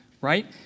right